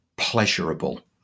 pleasurable